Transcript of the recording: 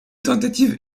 tentatives